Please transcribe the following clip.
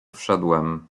wszedłem